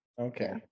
Okay